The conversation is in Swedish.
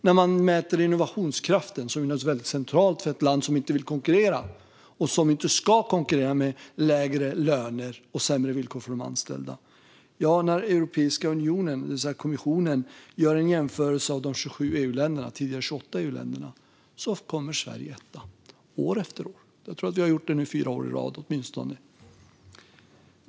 När Europeiska unionen, det vill säga kommissionen, gör en jämförelse mellan de 27, tidigare 28, EU-länderna och mäter innovationskraften, som ju är väldigt central för ett land som inte vill eller ska konkurrera med lägre löner och sämre villkor för de anställda, kommer Sverige etta år efter år. Jag tror att det har varit så i åtminstone fyra år i rad nu.